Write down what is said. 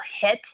hit